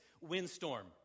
windstorm